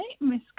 Miss